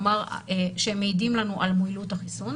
כלומר, שמעידים על מועילות החיסון